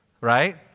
right